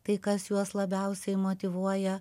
tai kas juos labiausiai motyvuoja